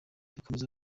bakomeza